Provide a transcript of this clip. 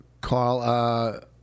Carl